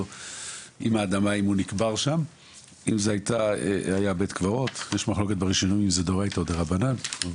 אם זה היה בית קברות אז יש מחלוקת בראשונים אם זה דאורייתא או דרבנן.